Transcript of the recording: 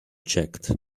checked